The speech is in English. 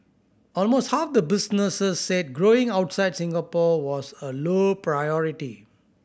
almost half the businesses said growing outside Singapore was a low priority